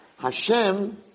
Hashem